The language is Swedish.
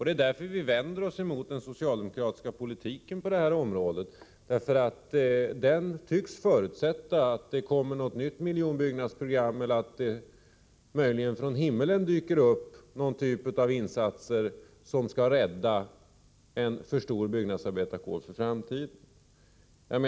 Det är därför vi vänder oss emot den socialdemokratiska politiken på detta område. Denna tycks förutsätta att det kommer något nytt miljonbyggnadsprogram eller att det, möjligen från himmelen, dyker upp någon typ av insatser som skall rädda framtiden för en alltför stor byggnadsarbetarkår.